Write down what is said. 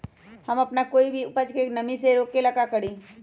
हम अपना कोई भी उपज के नमी से रोके के ले का करी?